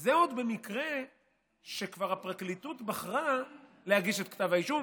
זה עוד במקרה שכבר הפרקליטות בחרה להגיש את כתב האישום,